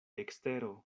ekstero